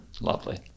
lovely